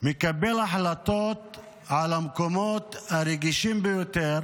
מקבל החלטות על המקומות הרגישים ביותר